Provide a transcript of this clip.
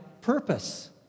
purpose